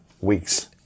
weeks